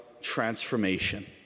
transformation